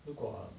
如果 um